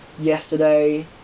Yesterday